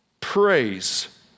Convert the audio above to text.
praise